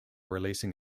releasing